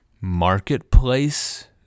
marketplace